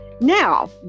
Now